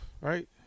Right